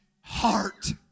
heart